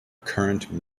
current